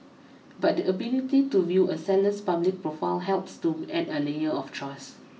but the ability to view a seller's public profile helps to add a layer of trust